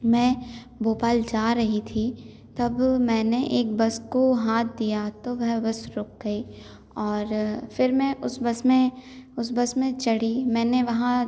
मैं भोपाल जा रही थी तब मैंने एक बस को हाथ दिया तो वह बस रुक गई और फिर मैं उस बस में उस बस में चढ़ी मैंने वहाँ